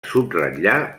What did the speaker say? subratllar